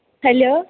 hello